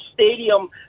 stadium